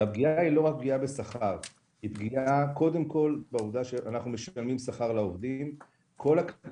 לא רק פגיעה בשכר אלא גם בעובדה שכל האירועים,